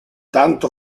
tanto